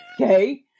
Okay